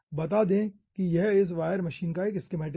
बता दें कि यह इस वायर मशीन का एक स्कीमैटिक है